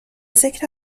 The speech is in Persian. ذکر